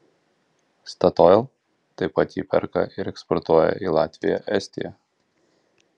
statoil taip pat jį perka ir eksportuoja į latviją estiją